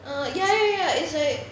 ah ya ya ya it's like